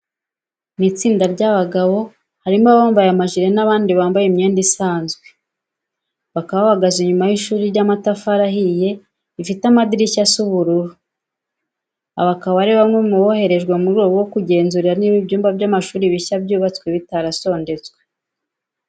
Ni istinda ry'abagabo harimo abambaye amajire n'abandi bambaye imyenda isanzwe. bakaba bahagaze inyuma y'ishuri ry'amatafari ahiye, rifite amadirishya asa ubururu. Aba akaba ari bamwe mu boherejwe mu rwego rwo kugenzura niba ibyumba by'amashuri bishya byubatswe bitarasondetswe.